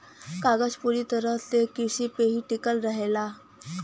कागज पूरा तरह से किरसी पे ही टिकल रहेला